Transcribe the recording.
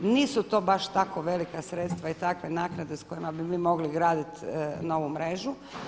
Nisu to baš tako velika sredstva i takve naknade sa kojima bi vi mogli graditi novu mrežu.